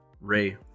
ray